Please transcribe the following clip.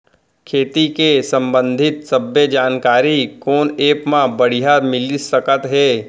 खेती के संबंधित सब्बे जानकारी कोन एप मा बढ़िया मिलिस सकत हे?